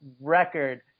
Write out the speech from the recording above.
record